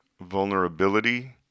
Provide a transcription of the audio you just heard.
vulnerability